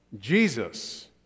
Jesus